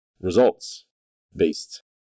results-based